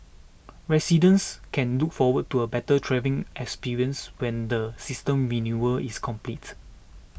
residents can look forward to a better travel experience when the system renewal is completed